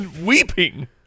weeping